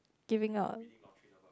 giving out